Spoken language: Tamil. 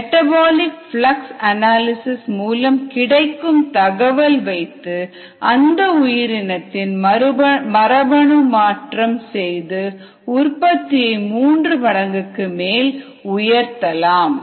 மெட்டபாலிக் பிளக்ஸ் அனாலிசிஸ் மூலம் கிடைக்கும் தகவல் வைத்து அந்த உயிரினத்தில் மரபணு மாற்றம் செய்து உற்பத்தியை மூன்று மடங்குக்கு மேலே உயர்த்தலாம்